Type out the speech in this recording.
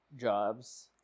jobs